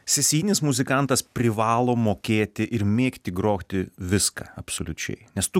sesijinis muzikantas privalo mokėti ir mėgti groti viską absoliučiai nes tu